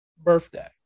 birthday